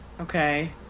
Okay